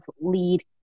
lead